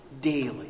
daily